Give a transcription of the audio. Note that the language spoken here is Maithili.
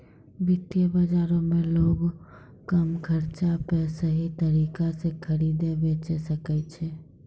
वित्त बजारो मे लोगें कम खर्चा पे सही तरिका से खरीदे बेचै सकै छै